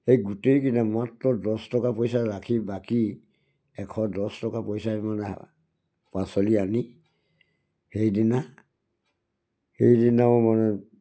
সেই গোটেইকেইটা মাত্ৰ দহ টকা পইচা ৰাখি বাকী এশ দহ টকা পইচাৰে মানে পাচলি আনি সেইদিনা সেইদিনাও মানে